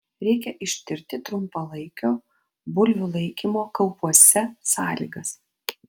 reikia ištirti trumpalaikio bulvių laikymo kaupuose sąlygas